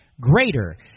greater